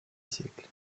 siècle